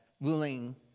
ruling